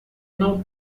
não